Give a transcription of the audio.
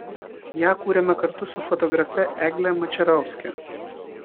ją kūrėme kartu su fotografe egle mačerauske